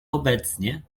obecnie